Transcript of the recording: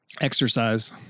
exercise